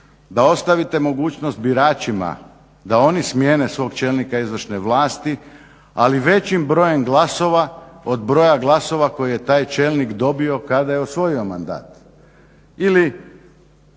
da ostavite mogućnost biračima da oni smijene svog čelnika izvršne vlasti ali većim brojem glasova od broja glasova koje je taj čelnik dobio kada je osvojio mandat.